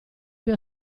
più